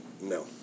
no